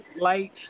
light